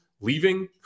leaving